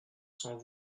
sans